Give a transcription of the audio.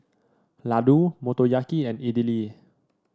Ladoo Motoyaki and Idili